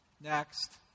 next